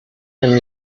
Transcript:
him